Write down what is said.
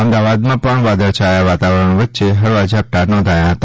અમદાવાદમાં પણ વાદળછાયાં વાતાવરણ વચ્ચે હળવા ઝાપટાં નોંધાયા હતા